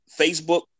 Facebook